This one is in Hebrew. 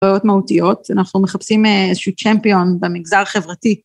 ‫בעיות מהותיות, אנחנו מחפשים ‫איזשהו צ'מפיון במגזר החברתי.